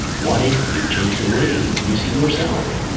what if you change the way you see yourself?